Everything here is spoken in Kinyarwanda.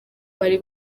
bari